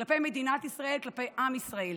כלפי מדינת ישראל, כלפי עם ישראל.